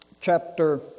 chapter